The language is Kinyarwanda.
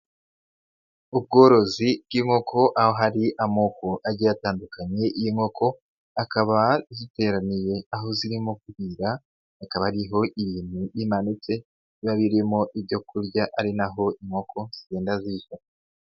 Ubworozi bw'inkoko aho hari amoko agiye atandukanye y'inkoko, akaba ziteraniye aho zirimo kurira, bikaba ariho ibintu bimanitse biba birimo ibyo kurya ari naho inkoko zigenda zibiifata.